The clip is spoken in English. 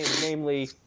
namely